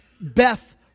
Beth